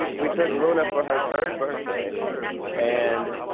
we took luna for her third birthday and.